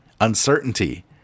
uncertainty